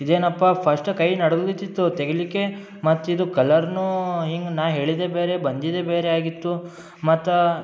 ಇದೇನಪ್ಪ ಫಸ್ಟ ಕೈ ನಡುಗುತ್ತಿತ್ತು ತೆಗಿಲಿಕ್ಕೆ ಮತ್ತು ಇದು ಕಲರೂ ಹಿಂಗೆ ನಾನು ಹೇಳಿದ್ದೇ ಬೇರೆ ಬಂದಿದ್ದೇ ಬೇರೆ ಆಗಿತ್ತು ಮತ್ತು